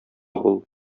бул